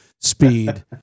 Speed